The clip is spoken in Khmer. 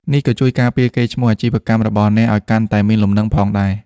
នេះក៏ជួយការពារកេរ្តិ៍ឈ្មោះអាជីវកម្មរបស់អ្នកឲ្យកាន់តែមានលំនឹងផងដែរ។